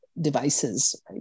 devices